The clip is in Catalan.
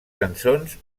cançons